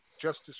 justice